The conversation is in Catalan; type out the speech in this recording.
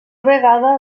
vegada